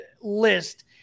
list